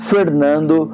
Fernando